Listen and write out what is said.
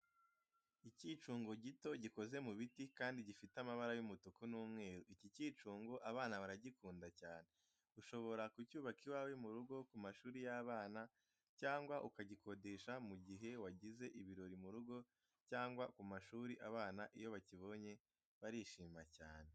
Icyicungo gito gikoze mu biti kandi gifite amabara y'umutuku n'umweru, iki cyicungo abana baragikunda cyane, ushobora kucyubaka iwawe mu rugo, ku mashuri y'abana, cyangwa ukagikodesha mu gihe wagize ibirori mu rugo cyangwa ku mashuri, abana iyo bakibonye barishima cyane.